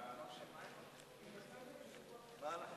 ההצעה